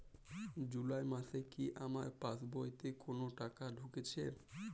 জুলাই মাসে কি আমার পাসবইতে কোনো টাকা ঢুকেছে?